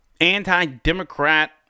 anti-democrat